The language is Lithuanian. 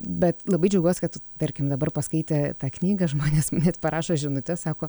bet labai džiaugiuos kad tarkim dabar paskaitę tą knygą žmonės parašo žinutes sako